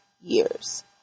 years